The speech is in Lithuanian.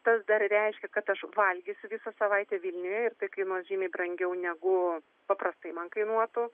tas dar reiškia kad aš valgysiu visą savaitę vilniuje ir tai kainuos žymiai brangiau negu paprastai man kainuotų